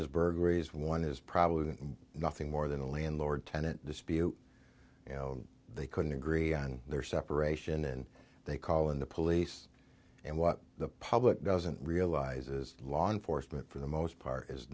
his burglaries one is probably nothing more than a landlord tenant dispute you know they couldn't agree on their separation and they call in the police and what the public doesn't realize is law enforcement for the most part is